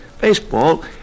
baseball